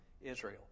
Israel